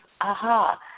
aha